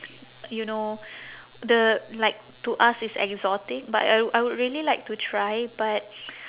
you know the like to us it's exotic but I I would really like to try but